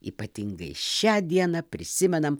ypatingai šią dieną prisimenam